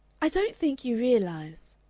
i don't think you realize,